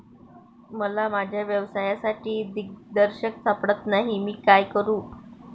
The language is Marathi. मला माझ्या व्यवसायासाठी दिग्दर्शक सापडत नाही मी काय करू?